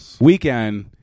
Weekend